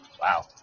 Wow